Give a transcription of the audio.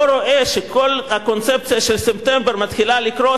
רואה שכל הקונספציה של ספטמבר מתחילה לקרוס,